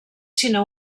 sinó